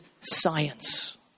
science